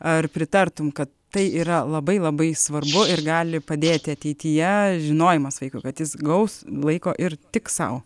ar pritartum kad tai yra labai labai svarbu ir gali padėti ateityje žinojimas vaikui kad jis gaus laiko ir tik sau